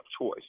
choice